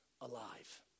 alive